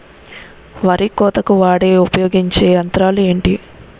వరి కోతకు వాడే ఉపయోగించే యంత్రాలు ఏంటి?